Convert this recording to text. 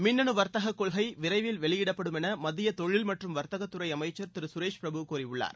மின்னணு வர்த்தக கொள்கை விரைவில் வெளியிடப்படும் என மத்திய தொழில் மற்றும் வர்த்தகத்துறை அமைச்சள் திரு சுரேஷ் பிரபு கூறியுள்ளார்